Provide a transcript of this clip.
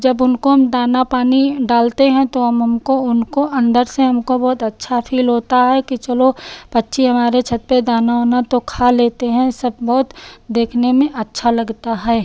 जब उनको हम दाना पानी डालते हैं तो हम हमको उनको अंदर से हमको बहुत अच्छा फ़ील होता है कि चलो पक्षी हमारे छत पर दाना ओना तो खा लेते हैं सब बहुत देखने में अच्छा लगता है